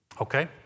Okay